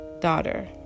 daughter